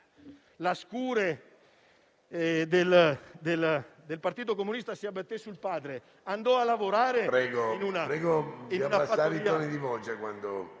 la scure del Partito Comunista si abbatté sul padre, andò a lavorare in una fattoria,